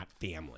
family